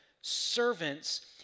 servants